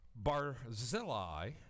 Barzillai